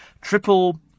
triple